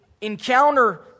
encounter